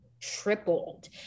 tripled